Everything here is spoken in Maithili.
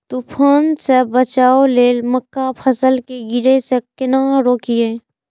तुफान से बचाव लेल मक्का फसल के गिरे से केना रोकी?